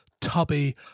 tubby